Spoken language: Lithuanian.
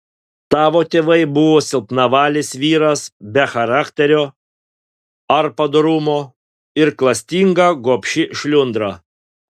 tavo tėvai buvo silpnavalis vyras be charakterio ar padorumo ir klastinga gobši šliundra